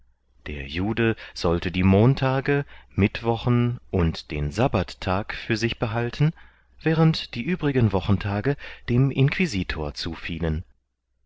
der jude sollte die montage mittwochen und den sabbathtag für sich behalten während die übrigen wochentage dem inquisitor zufielen